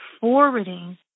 forwarding